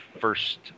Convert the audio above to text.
first